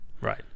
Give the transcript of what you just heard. Right